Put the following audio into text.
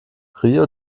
rio